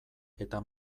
eta